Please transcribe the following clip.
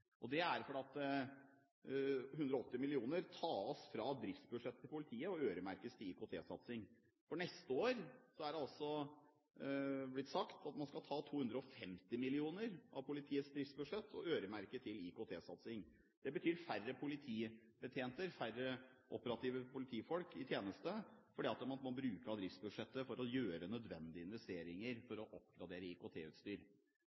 Det er fordi 180 mill. kr tas fra driftsbudsjettet til politiet og øremerkes IKT-satsing. For neste år er det blitt sagt at man skal ta 250 mill. kr av politiets driftsbudsjett og øremerke IKT-satsing. Det betyr færre politibetjenter, færre operative politifolk i tjeneste, fordi man bruker av driftsbudsjettet for å gjøre nødvendige investeringer